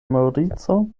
maŭrico